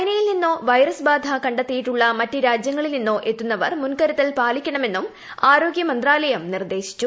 ചൈനയിൽ നിന്നോ വൈറസ് ബാധ കണ്ടെത്തിയിട്ടുള്ള മറ്റ് രാജ്യങ്ങളിൽ നിന്നോ എത്തുന്നവർ മുൻകരുതൽ പാലിക്കണമെന്നും ആരോഗ്യ മന്ത്രാലയം നിർദ്ദേശിച്ചു